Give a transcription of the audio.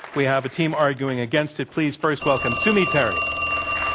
we have a team arguing against it. please first welcome sue mi terry.